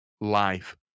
life